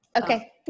Okay